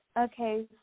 Okay